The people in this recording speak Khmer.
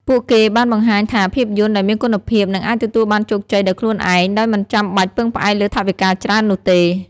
ពួកគេបានបង្ហាញថាភាពយន្តដែលមានគុណភាពនឹងអាចទទួលបានជោគជ័យដោយខ្លួនឯងដោយមិនចាំបាច់ពឹងផ្អែកលើថវិកាច្រើននោះទេ។